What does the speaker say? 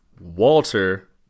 Walter